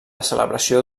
celebració